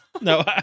No